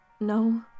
no